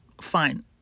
fine